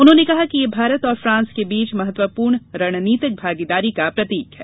उन्होंने कहा कि यह भारत और फ्रांस के बीच महत्वपूर्ण रणनीतिक भागीदारी का प्रतीक है